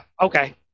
Okay